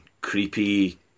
creepy